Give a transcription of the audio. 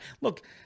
Look